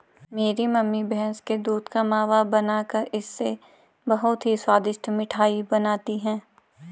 मेरी मम्मी भैंस के दूध का मावा बनाकर इससे बहुत ही स्वादिष्ट मिठाई बनाती हैं